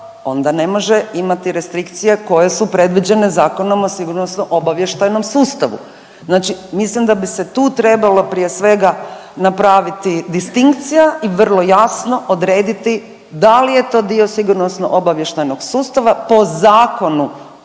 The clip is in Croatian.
onda ne može imati restrikcije koje su predviđene Zakonom o sigurnosno obavještajnom sustavu. Znači mislim da bi se tu trebalo prije svega napraviti distinkcija i vrlo jasno odrediti da li je to dio sigurnosno obavještajnog sustava po Zakonu